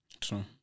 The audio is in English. True